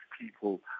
people